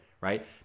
right